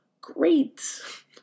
great